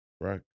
right